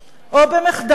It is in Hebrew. או במחדל,